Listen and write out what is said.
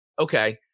okay